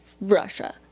Russia